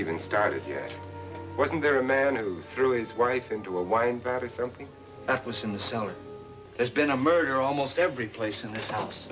even started yet wasn't there a man who threw his wife into a wine batter something that was in the cellar there's been a murder almost every place in this house